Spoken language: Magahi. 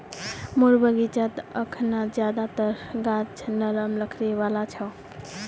मोर बगीचात अखना ज्यादातर गाछ नरम लकड़ी वाला छ